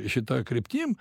šita kryptim